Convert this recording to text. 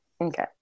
Okay